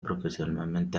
profesionalmente